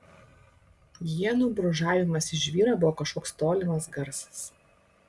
ienų brūžavimas į žvyrą buvo kažkoks tolimas garsas